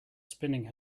spinning